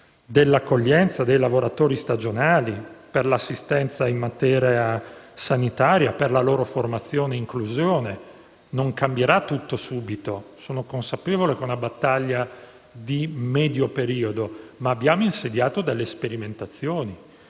dell'accoglienza dei lavoratori stagionali, per l'assistenza in materia sanitaria, per la loro formazione e inclusione. Non cambierà tutto subito e sono consapevole che sia una battaglia di medio periodo, ma abbiamo insediato delle sperimentazioni.